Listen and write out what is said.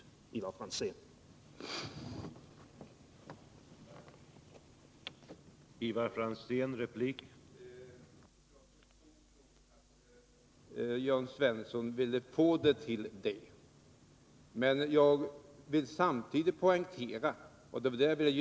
Men inte ens det förstod Ivar Franzén.